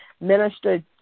Minister